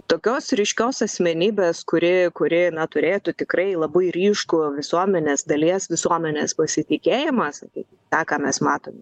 tokios ryškios asmenybės kuri kuri na turėtų tikrai labai ryškų visuomenės dalies visuomenės pasitikėjimą sakykim tą ką mes matom